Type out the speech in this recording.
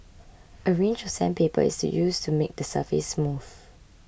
a range of sandpaper is used to make the surface smooth